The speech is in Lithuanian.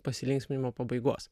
pasilinksminimo pabaigos